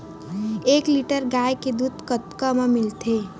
एक लीटर गाय के दुध कतका म मिलथे?